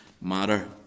matter